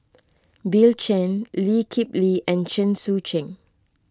Bill Chen Lee Kip Lee and Chen Sucheng